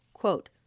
quote